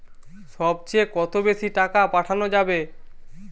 সব চেয়ে কত বেশি টাকা পাঠানো যাবে?